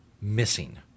missing